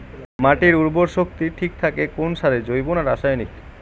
মাটির উর্বর শক্তি ঠিক থাকে কোন সারে জৈব না রাসায়নিক?